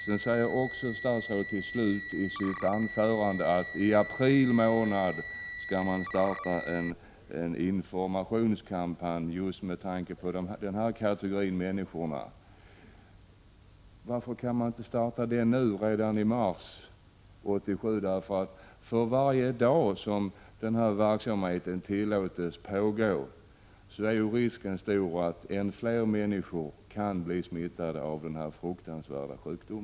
Statsrådet säger i slutet av sitt svar att det i april månad skall startas en informationskampanj just med tanke på denna kategori människor. Varför kan den inte startas redan nu i mars? För varje dag som denna verksamhet tillåts pågå är risken stor för att än fler människor kan bli smittade av denna fruktansvärda sjukdom.